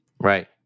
Right